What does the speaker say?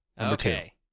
Okay